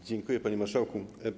Dziękuję, panie marszałku.